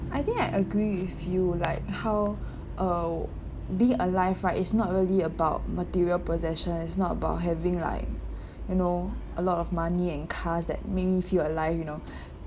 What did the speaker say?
I think I agree with you like how uh be alive right it's not really about material possession is not about having like you know a lot of money and cars that make me feel alive you know